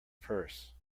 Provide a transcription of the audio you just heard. purse